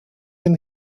jen